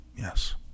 Yes